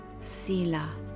Sila